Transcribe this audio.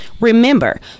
Remember